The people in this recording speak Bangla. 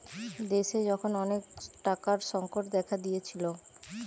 দেশে যখন অনেক টাকার সংকট দেখা দিয়েছিলো